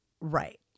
right